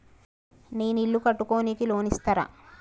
నేను ఇల్లు కట్టుకోనికి లోన్ ఇస్తరా?